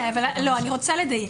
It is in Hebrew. אני רוצה לדייק.